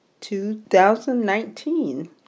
2019